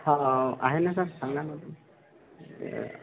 हा आहे ना सर सांगा ना